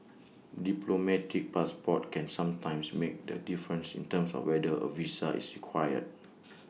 diplomatic passports can sometimes make the difference in terms of whether A visa is required